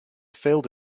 failed